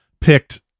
picked